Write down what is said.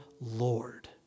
Lord